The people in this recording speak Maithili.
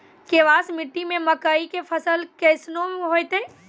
केवाल मिट्टी मे मकई के फ़सल कैसनौ होईतै?